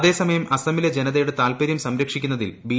അതേസമയം അസമിലെ ജനത്തയുകുട്ട താൽപര്യം സംരക്ഷിക്കുന്നതിൽ ബി